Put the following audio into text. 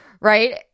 right